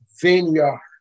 vineyard